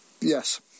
Yes